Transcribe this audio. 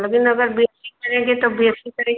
लेकिन अगर B A C करेंगे तो बि ए सी करेंगे